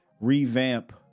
revamp